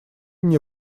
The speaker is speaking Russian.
мне